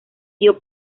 dio